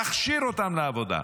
להכשיר אותם לעבודה,